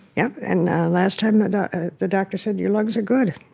yeah. and last time and the doctor said, your lungs are good.